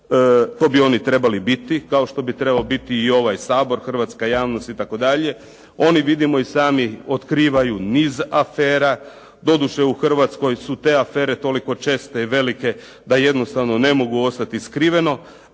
to bi oni trebali biti kao što bi trebao biti i ovaj Sabor, hrvatska javnost itd. Oni vidimo i sami otkrivaju niz afera. Doduše u Hrvatskoj su te afere toliko česte i velike da jednostavno ne mogu ostati skriveno